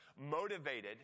motivated